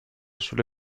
sulle